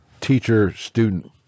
teacher-student